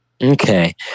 Okay